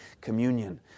communion